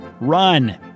run